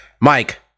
Mike